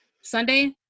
sunday